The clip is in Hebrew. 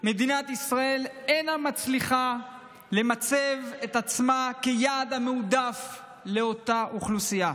מדינת ישראל אינה מצליחה למצב את עצמה כיעד המועדף לאותה אוכלוסייה.